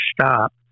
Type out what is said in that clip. stop